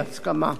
תודה רבה.